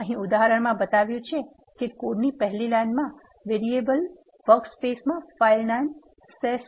અહીં ઉદાહરણ મા બતાવ્યુ છે કે કોડની પહેલી લાઇન મા વેરીએબલ વર્કસ્પેસમા ફાઇલ નામ sess1